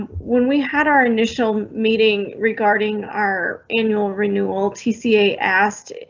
when we had our initial meeting regarding our annual renewal, tissier asked in,